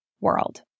world